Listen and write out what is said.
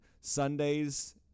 Sundays